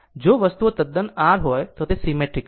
જો વસ્તુઓ તદ્દન r હોય તો તે સીમેટ્રીકલ છે